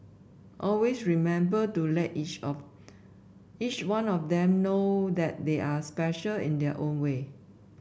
always remember to let each of each one of them know that they are special in their own way